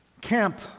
camp